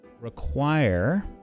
require